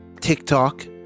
TikTok